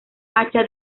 hacha